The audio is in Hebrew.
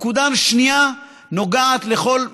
נקודה שנייה נוגעת לכל המסופים.